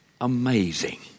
amazing